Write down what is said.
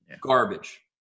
garbage